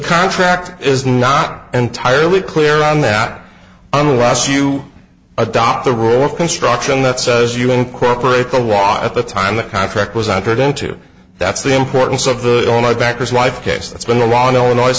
contract is not entirely clear on that unless you adopt the rule of construction that says you won't cooperate to watch at the time the contract was out there don't you that's the importance of the dollar backers wife case that's been the law in illinois